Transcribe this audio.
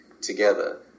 together